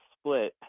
split